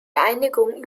einigung